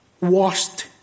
washed